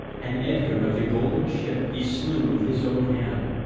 and edgar of the golden ship he slew with his own hand,